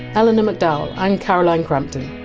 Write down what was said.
eleanor mcdowall and caroline crampton.